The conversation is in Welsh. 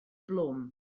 blwm